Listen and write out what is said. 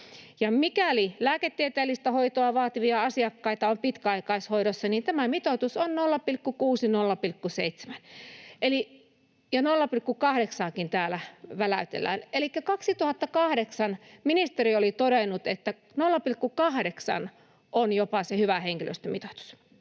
mikäli lääketieteellistä hoitoa vaativia asiakkaita on pitkäaikaishoidossa, niin tämä mitoitus on 0,6—0,7, ja 0,8:aakin täällä väläytellään. Elikkä 2008 ministeri oli todennut, että jopa 0,8 on se hyvä henkilöstömitoitus.